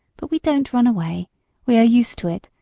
but we don't run away we are used to it,